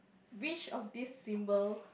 which of these symbol